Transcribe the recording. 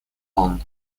тон